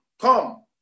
come